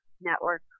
network